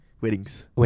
Weddings